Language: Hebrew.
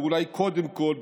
ואולי קודם כול,